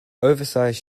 oversized